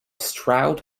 stroud